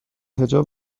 حجاب